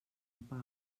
pau